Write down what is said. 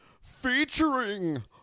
featuring